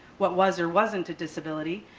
what was or wasn't a disability,